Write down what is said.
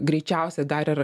greičiausiai dar ir